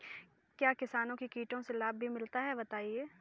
क्या किसानों को कीटों से लाभ भी मिलता है बताएँ?